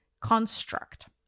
construct